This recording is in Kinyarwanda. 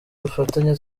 dufatanya